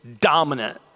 dominant